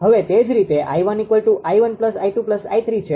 હવે તે જ રીતે 𝐼1 𝑖1 𝑖2 𝑖3 છે